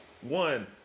One